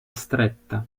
stretta